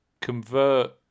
convert